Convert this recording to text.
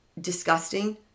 disgusting